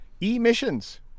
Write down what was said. Emissions